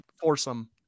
foursome